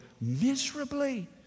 miserably